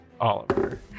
Oliver